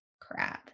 crab